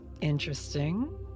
interesting